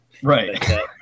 Right